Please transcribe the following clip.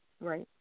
Right